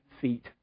feet